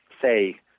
say